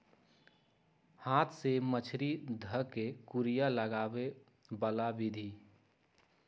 हाथ से मछरी ध कऽ कुरिया लगाबे बला विधि